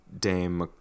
Dame